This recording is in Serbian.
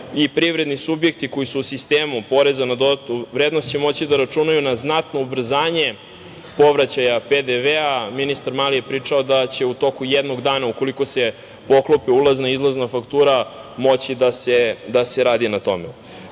i privredni subjekti koji su u sistemu PDV će moći da računaju na znatno ubrzanje povraćaja PDV. Ministar Mali je pričao da će u toku jednog dana ukoliko se poklope ulazna i izlazna faktura moći da se radi na tome. Ovo